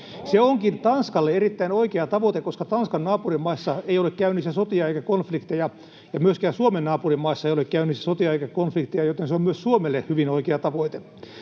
Se onkin Tanskalle erittäin oikea tavoite, koska Tanskan naapurimaissa ei ole käynnissä sotia eikä konflikteja. Myöskään Suomen naapurimaissa ei ole käynnissä sotia eikä konflikteja, joten se on myös Suomelle hyvin oikea tavoite.